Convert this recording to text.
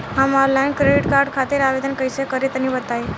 हम online credit card खातिर आवेदन कइसे करि तनि बताई?